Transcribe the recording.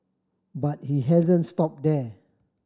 but he hasn't stop there